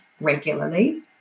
regularly